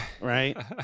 right